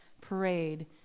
parade